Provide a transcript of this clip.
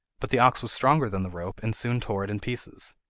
but the ox was stronger than the rope, and soon tore it in pieces.